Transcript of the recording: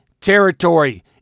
territory